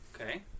Okay